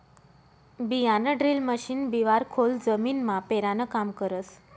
बियाणंड्रील मशीन बिवारं खोल जमीनमा पेरानं काम करस